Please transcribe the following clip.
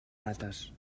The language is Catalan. rates